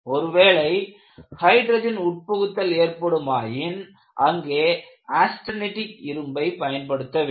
ஒருவேளை ஹைட்ரஜன் உட்புகுத்தல் ஏற்படுமாயின் அங்கே ஆஸ்டெனிடிக் இரும்பை பயன்படுத்த வேண்டும்